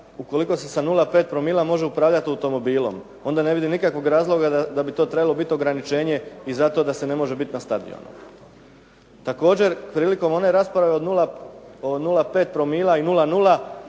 ukoliko se sa 0,5 promila može upravljati automobilom onda ne vidim nikakvog razloga da bi to trebalo biti ograničenje i zato da se ne može biti na stadionu. Također prilikom one rasprave od 0,5 promila i nula,